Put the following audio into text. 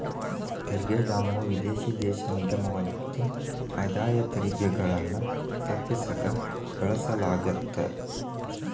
ತೆರಿಗೆ ಧಾಮವು ವಿದೇಶಿ ದೇಶ ನಿಗಮವಾಗಿದ್ದು ಆದಾಯ ತೆರಿಗೆಗಳನ್ನ ತಪ್ಪಿಸಕ ಬಳಸಲಾಗತ್ತ